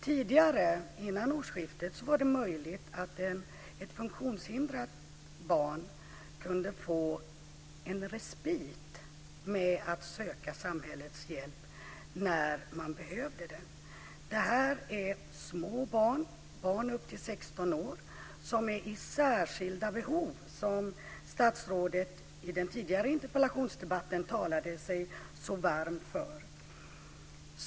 Tidigare, före årsskiftet, kunde man få respit med att söka samhällets hjälp för ett funktionshindrat barn när man behövde det. Det här är små barn, barn upp till 16 år, som är i särskilda behov, som statsrådet i den tidigare interpellationsdebatten talade sig så varm för.